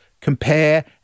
compare